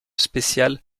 spéciale